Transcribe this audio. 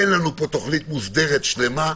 אין לנו פה תוכנית מוסדרת שלמה.